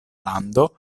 lando